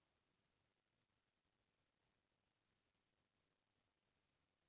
संपत्ति बीमा के घलौ अलगे अलग नियम धरम होथे